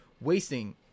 wasting